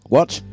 Watch